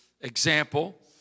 example